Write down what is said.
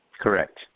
Correct